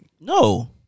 no